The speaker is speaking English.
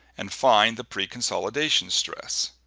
and find the preconsolidation stress.